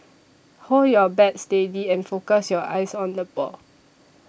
hold your bat steady and focus your eyes on the ball